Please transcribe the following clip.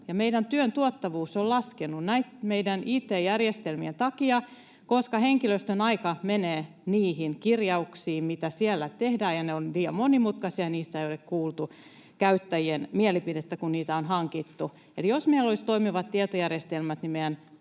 meidän työmme tuottavuus on laskenut meidän it-järjestelmiemme takia, koska henkilöstön aika menee niihin kirjauksiin, mitä siellä tehdään, ja ne ovat liian monimutkaisia. Niistä ei ole kuultu käyttäjien mielipidettä, kun niitä on hankittu. Eli jos meillä olisi toimivat tietojärjestelmät,